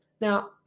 Now